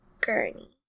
Gurney